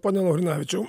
pone laurinavičiau